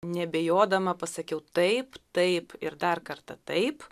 neabejodama pasakiau taip taip ir dar kartą taip